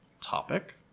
topic